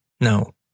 No